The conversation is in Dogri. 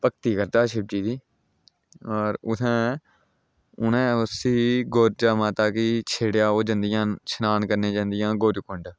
भगती करदा हा शिवजी दी होर उ'त्थें उ'नें उसी गुरजा माता गी छेड़ेआ ओह् जंदियां शनान करने ई जंदियां गौरी कुंड पैदल